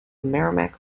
merrimack